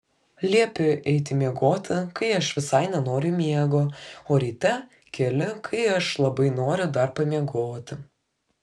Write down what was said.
liepi eiti miegoti kai aš visai nenoriu miego o ryte keli kai aš labai noriu dar pamiegoti